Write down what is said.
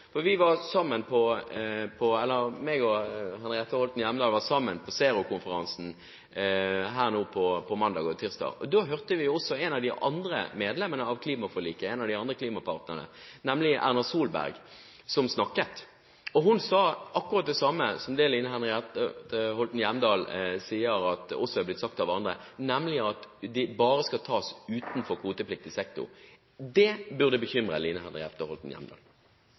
Henriette Hjemdal var sammen på Zerokonferansen på mandag og tirsdag, og da hørte vi også en av de andre partnerne i klimaforliket, nemlig Erna Solberg, snakke. Og hun sa akkurat det samme som Line Henriette Hjemdal sier også er blitt sagt av andre, nemlig at kuttene bare skal tas utenfor kvotepliktig sektor. Det burde bekymre Line Henriette Hjemdal.